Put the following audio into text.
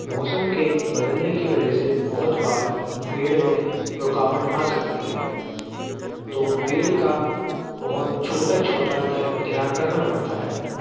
मौसम के बदलने की वजह से बहुत बार पेड़ में रुकावट आ सकती है तो पेड़ का बहुत छोटा छोटा ध्यान रखना पड़ता है